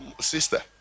sister